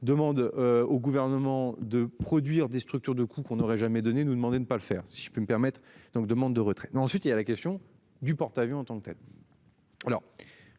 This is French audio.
demande au gouvernement de produire des structures de coûts qu'on aurait jamais donné nous demander de. Si je peux me permettre donc demande de retrait mais ensuite il y a la question du porte-avions en tant que telle.